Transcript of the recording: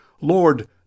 Lord